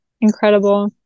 Incredible